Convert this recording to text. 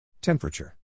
Temperature